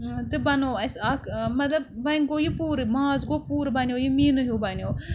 تہٕ بَنوو اَسہِ اَکھ مطلب وۄنۍ گوٚو یہِ پوٗرٕ ماز گوٚو پوٗرٕ بَنیو یہِ میٖنہٕ ہیوٗ بَنیو